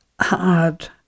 hard